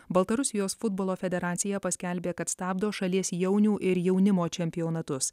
baltarusijos futbolo federacija paskelbė kad stabdo šalies jaunių ir jaunimo čempionatus